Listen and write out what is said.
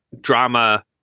drama